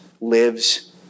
lives